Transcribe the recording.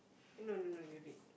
no no no you read